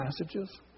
passages